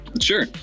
Sure